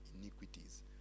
iniquities